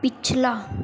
पिछला